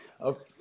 Okay